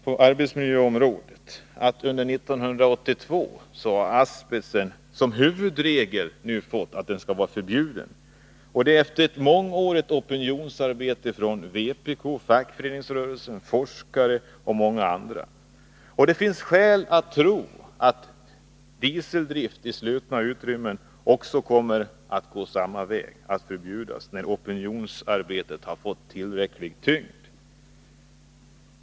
På arbetsmiljöområdet har vpk även noterat att den huvudregeln nu gäller att asbest är förbjudet, detta efter många års opinionsarbete av vpk, 59 fackföreningsrörelsen, forskare och många andra. Det finns skäl att tro att också dieseldrift i slutna utrymmen kommer att förbjudas, när opinionsarbetet har fått tillräcklig tyngd.